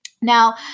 Now